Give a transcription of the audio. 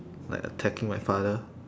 like attacking my father